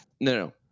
no